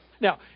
Now